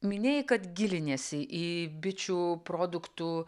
minėjai kad giliniesi į bičių produktų